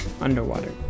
underwater